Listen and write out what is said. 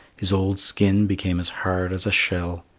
his old skin became as hard as a shell.